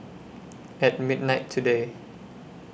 At midnight today